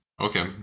Okay